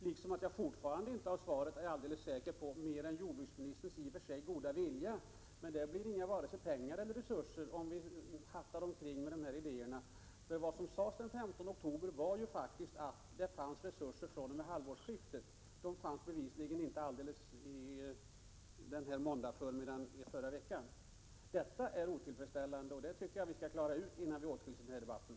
Jag är fortfarande inte helt säker på innebörden av jordbruksministerns svar — mer än jordbruksministerns i och för sig goda vilja. Det blir inte vare sig några pengar eller andra resurser, om vi ”hattar” omkring med dessa idéer. Vad som sades den 15 oktober var att det fanns resurser fr.o.m. halvårsskiftet. Resurserna fanns bevisligen inte måndagsförmiddagen i förra veckan. Det var otillfredsställande, och jag tycker att vi skall klara ut det i den här debatten.